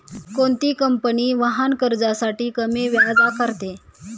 कोणती कंपनी वाहन कर्जासाठी कमी व्याज आकारते?